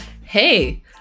Hey